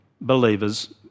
believers